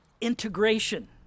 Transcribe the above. integration